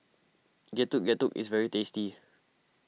Getuk Getuk is very tasty